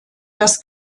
das